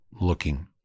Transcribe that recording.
looking